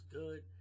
good